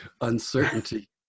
uncertainty